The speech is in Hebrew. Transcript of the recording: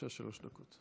בבקשה, שלוש דקות.